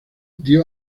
dio